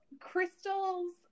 crystals